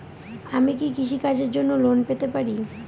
আমি কি কৃষি কাজের জন্য লোন পেতে পারি?